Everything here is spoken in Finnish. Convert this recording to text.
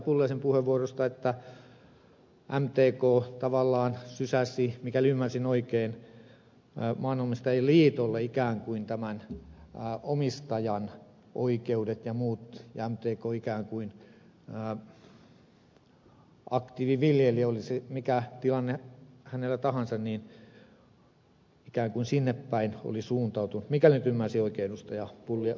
pulliaisen puheenvuorosta että mtk tavallaan sysäsi mikäli ymmärsin oikein maanomistajain liitolle ikään kuin omistajan oikeudet ja muut ja mtk oli aktiiviviljelijällä mikä tilanne tahansa ikään kuin sinnepäin oli suuntautunut mikäli nyt ymmärsin oikein ed